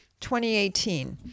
2018